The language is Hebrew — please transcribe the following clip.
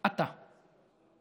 אתה,